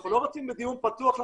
יאשרו שהוא אכן עשה בדיקה ויגידו לו: